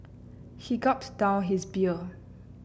he gulped down his beer